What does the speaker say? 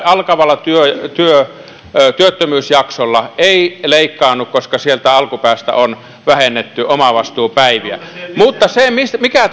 alkavalla työttömyysjaksolla ei leikkaannu koska sieltä alkupäästä on vähennetty omavastuupäiviä mutta se mikä